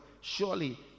Surely